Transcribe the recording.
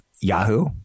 Yahoo